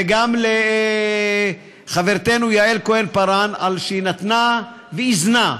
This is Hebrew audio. וגם לחברתי יעל כהן-פארן, על שהיא נתנה ואיזנה,